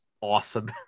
awesome